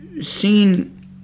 seen